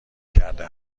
کرده